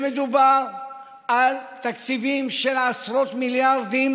מדובר על תקציבים של עשרות מיליארדים